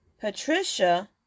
Patricia